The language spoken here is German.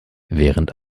während